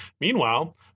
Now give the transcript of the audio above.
Meanwhile